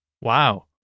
Wow